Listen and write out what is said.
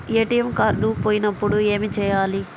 ATM card పోయినప్పుడు ఏమి చేయాలి?